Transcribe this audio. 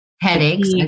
Headaches